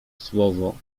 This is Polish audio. słowo